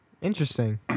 Interesting